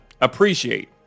appreciate